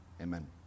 Amen